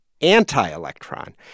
anti-electron